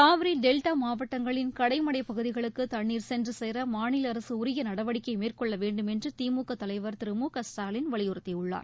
Kaveri delta மாவட்டங்களின் கடைமடை பகுதிகளுக்கு தண்ணீர் சென்றுசேர மாநில அரசு உரிய நடவடிக்கை மேற்கொள்ள வேண்டுமென்று திமுக தலைவர் திரு மு க ஸ்டாலின் வலியுறுத்தியுள்ளார்